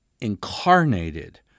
incarnated